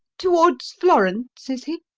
towards florence is he?